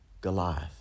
Goliath